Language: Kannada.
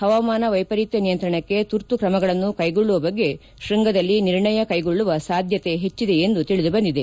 ಹವಾಮಾನ ವೈಪರೀತ್ಯ ನಿಯಂತ್ರಣಕ್ಕೆ ತುರ್ತು ಕ್ರಮಗಳನ್ನು ಕೈಗೊಳ್ಳುವ ಬಗ್ಗೆ ಕೃಂಗದಲ್ಲಿ ನಿರ್ಣಯ ಕೈಗೊಳ್ಳುವ ಸಾಧ್ಯತೆ ಹೆಚ್ಚಿದೆ ಎಂದು ತಿಳಿದುಬಂದಿದೆ